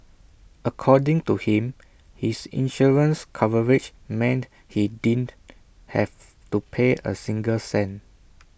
according to him his insurance coverage meant he didn't have to pay A single cent